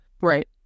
Right